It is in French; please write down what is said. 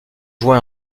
joua